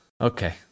Okay